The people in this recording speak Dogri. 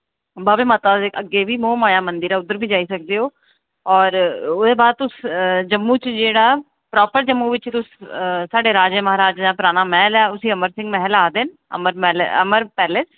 बाह्वै माता दे अग्गें बी महा माया मंदर ऐ उद्धर बी जाई सकदे ओ और ओह्दे बाद तुस जम्मू च जेह्ड़ा प्रापर जम्मू बिच्च तुस साढ़े राजा महाराजे दा पराना मैह्ल ऐ उस्सी अमर सिंह मैह्ल आखदे न अमर मैह्ल अमर पैलेस